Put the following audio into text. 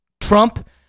Trump